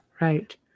Right